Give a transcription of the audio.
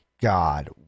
God